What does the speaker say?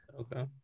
Okay